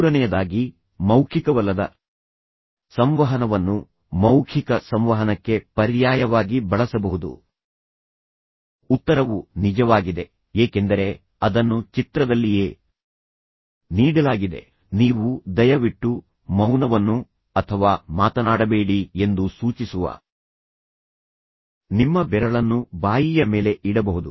ಮೂರನೆಯದಾಗಿ ಮೌಖಿಕವಲ್ಲದ ಸಂವಹನವನ್ನು ಮೌಖಿಕ ಸಂವಹನಕ್ಕೆ ಪರ್ಯಾಯವಾಗಿ ಬಳಸಬಹುದು ಉತ್ತರವು ನಿಜವಾಗಿದೆ ಏಕೆಂದರೆ ಅದನ್ನು ಚಿತ್ರದಲ್ಲಿಯೇ ನೀಡಲಾಗಿದೆ ನೀವು ದಯವಿಟ್ಟು ಮೌನವನ್ನು ಅಥವಾ ಮಾತನಾಡಬೇಡಿ ಎಂದು ಸೂಚಿಸುವ ನಿಮ್ಮ ಬೆರಳನ್ನು ಬಾಯಿಯ ಮೇಲೆ ಇಡಬಹುದು